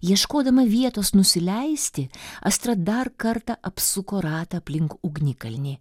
ieškodama vietos nusileisti astra dar kartą apsuko ratą aplink ugnikalnį